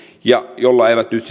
jolla eivät nyt